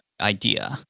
idea